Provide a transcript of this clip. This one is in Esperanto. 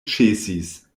ĉesis